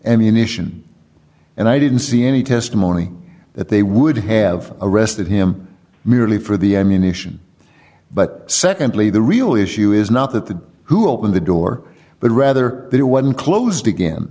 ammunition and i didn't see any testimony that they would have arrested him merely for the ammunition but secondly the real issue is not that the who opened the door but rather that one closed again